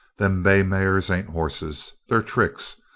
them bay mares ain't hosses they're tricks.